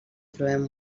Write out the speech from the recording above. trobem